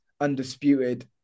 undisputed